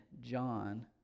John